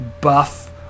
buff